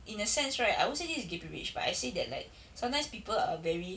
in a sense right I won't say this is gay privilege but I see that like sometimes people are very